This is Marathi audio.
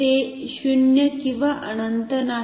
ते 0 किंवा अनंत नाही